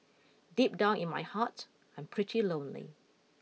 deep down in my heart I'm pretty lonely